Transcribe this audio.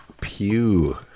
Pew